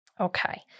Okay